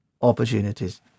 opportunities